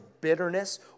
bitterness